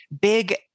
big